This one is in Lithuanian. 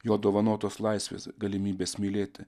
jo dovanotos laisvės galimybės mylėti